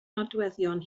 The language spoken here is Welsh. nodweddion